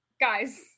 guys